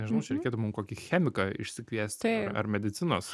nežinau čia reikėtų mum kokį chemiką išsikviesti ar medicinos